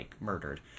murdered